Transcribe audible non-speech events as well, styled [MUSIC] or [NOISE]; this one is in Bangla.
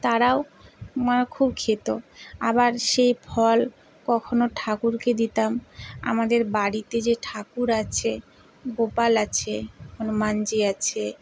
তারাও [UNINTELLIGIBLE] খুব খেতো আবার সেই ফল কখনও ঠাকুরকে দিতাম আমাদের বাড়িতে যে ঠাকুর আছে গোপাল আছে হনুমানজি আছে